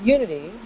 Unity